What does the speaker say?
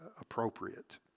appropriate